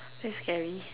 that's scary